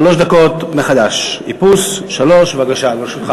שלוש דקות מחדש, איפוס, שלוש, בבקשה, לרשותך.